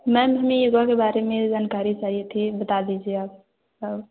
ma'am हमें योग के बारे में जानकारी चाहिए थी बता दीजिए आप हाँ